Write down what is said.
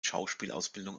schauspielausbildung